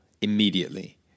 immediately